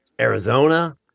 arizona